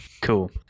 Cool